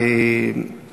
וגם שורפים.